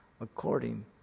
according